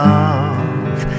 love